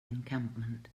encampment